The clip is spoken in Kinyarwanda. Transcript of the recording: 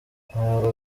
ahabwa